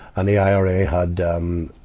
and the ira had, um,